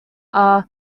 are